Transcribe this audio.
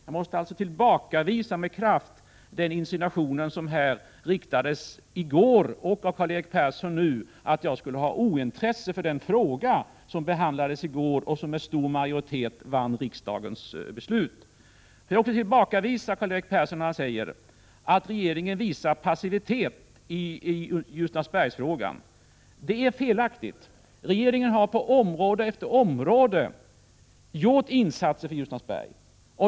Jag måste alltså med kraft tillbakavisa den insinuation som riktades mot mig i går — och även i dag i och med Karl-Erik Perssons uttalande här — för att jag skulle vara ointresserad av den fråga som behandlades i går och där en stor majoritet i riksdagen röstade för utskottets förslag. Jag vill också tillbakavisa Karl-Erik Perssons påstående att regeringen visar passivitet i Ljusnarsbergsfrågan. Det är felaktigt. Regeringen har på område efter område gjort insatser till förmån för Ljusnarsberg.